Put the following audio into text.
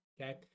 okay